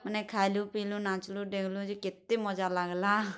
ମାନେ ଖାଏଲୁଁ ପିଇଲୁଁ ନାଚ୍ଲୁଁ ଡେଗ୍ଲୁଁ ଯେ କେତେ ମଜା ଲାଗ୍ଲା